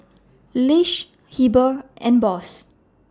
Lish Heber and Boss